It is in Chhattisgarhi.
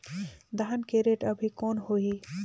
धान के रेट अभी कौन होही?